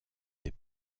des